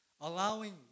Allowing